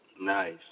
Nice